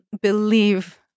believe